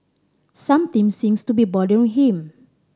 something seems to be bothering him